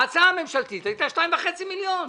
ההצעה הממשלתית הייתה 2.5 מיליון.